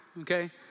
okay